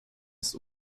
ist